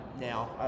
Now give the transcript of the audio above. now